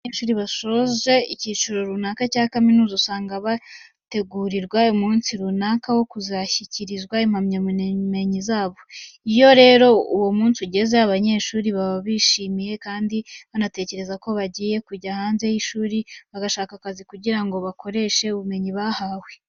Iyo abanyeshuri basoje icyiciro runaka cya kaminuza usanga bategurirwa umunsi runaka wo kuzashyikirizwa impamyabumenyi zabo. Iyo rero uwo munsi wageze, aba banyeshuri baba bishimye kandi banatekereza ko bagiye kujya hanze y'ishuri bagashaka akazi kugira ngo bakoreshe ubumenyi bahawe.